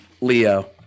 Leo